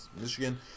Michigan